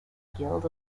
guild